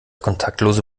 kontaktlose